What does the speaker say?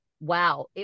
Wow